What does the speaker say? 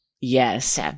Yes